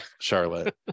Charlotte